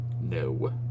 no